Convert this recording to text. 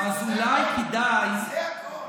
זה הכול.